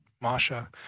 Masha